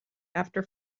after